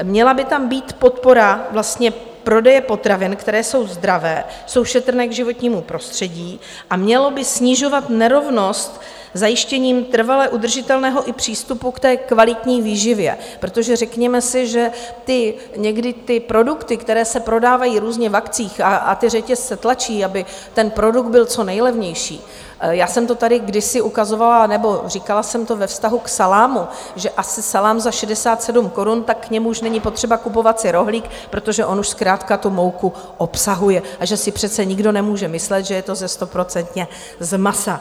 Měla by tam být podpora prodeje potravin, které jsou zdravé, jsou šetrné k životnímu prostředí, a měla by snižovat nerovnost zajištěním trvale udržitelného i přístupu ke kvalitní výživě, protože řekněme si, že někdy ty produkty, které se prodávají různě v akcích, a ty řetězce tlačí, aby ten produkt byl co nejlevnější já jsem to tady kdysi ukazovala nebo říkala jsem to ve vztahu k salámu, že asi salám za 67 korun, k němu už není potřeba kupovat si rohlík, protože on už zkrátka tu mouku obsahuje, a že si přece nikdo nemůže myslet, že je to stoprocentně z masa.